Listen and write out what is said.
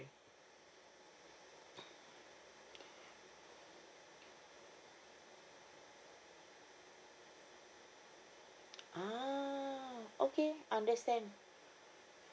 ah okay understand